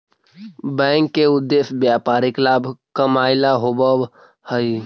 bank के उद्देश्य व्यापारिक लाभ कमाएला होववऽ हइ